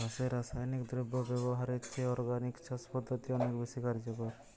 চাষে রাসায়নিক দ্রব্য ব্যবহারের চেয়ে অর্গানিক চাষ পদ্ধতি অনেক বেশি কার্যকর